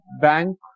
bank